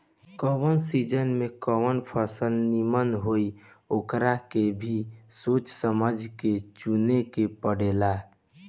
कवना सीजन में कवन फसल निमन होई एके भी सोच समझ के चुने के पड़ेला